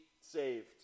saved